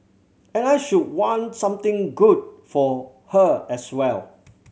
and I should want something good for her as well